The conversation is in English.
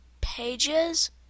pages